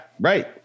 right